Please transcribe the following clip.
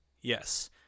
yes